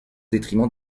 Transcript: détriment